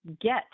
get